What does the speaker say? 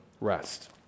rest